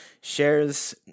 shares